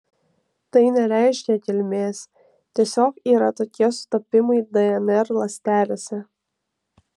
tai nereiškia kilmės tiesiog yra tokie sutapimai dnr ląstelėse